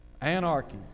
anarchy